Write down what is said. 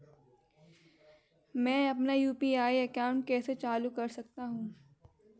मैं अपना UPI account कैसे चालू कर सकता हूँ?